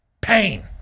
Pain